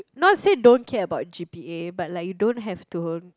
not say don't care about g_p_a but like you don't have to